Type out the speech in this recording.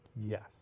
Yes